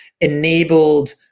enabled